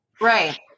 right